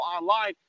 online